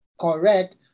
correct